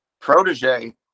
protege